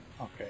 Okay